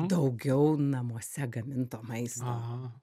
daugiau namuose gaminto maisto